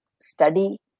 study